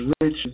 rich